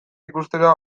ikustera